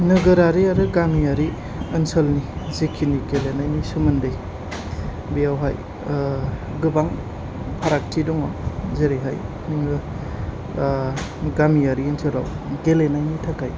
नोगोरारि आरो गामिआरि ओनसोलनि जेखिनि गेलेनायनि सोमोन्दै बेवहाय गोबां फारागथि दङ जेरैहाय नोङो गामिआरि ओनसोलाव गेलेनायनि थाखाय